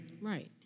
Right